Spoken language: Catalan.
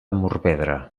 morvedre